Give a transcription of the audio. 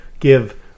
give